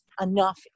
enough